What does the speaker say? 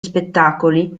spettacoli